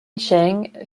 cheng